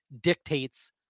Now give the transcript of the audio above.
dictates